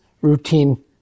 routine